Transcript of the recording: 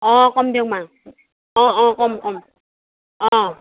অ কম দিয়ক মাক অ অ ক'ম ক'ম অ